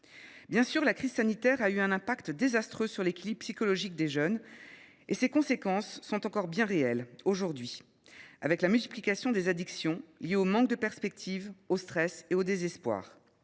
Bien sûr, la crise sanitaire a eu un effet désastreux sur l’équilibre psychologique des jeunes et ses conséquences sont encore bien réelles aujourd’hui, les addictions liées au manque de perspectives, au stress ou au désespoir